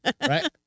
Right